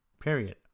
Period